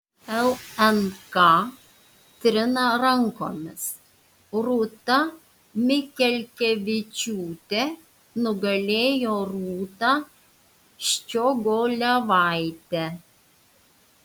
lnk trina rankomis rūta mikelkevičiūtė nugalėjo rūtą ščiogolevaitę